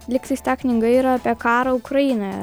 lygtais ta knyga yra apie karą ukrainoje